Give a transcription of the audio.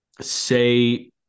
say